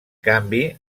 canvi